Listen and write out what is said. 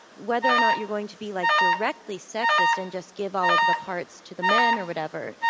whether or not you're going to be, like, directly sexist and just give all of the parts to the men or whatever,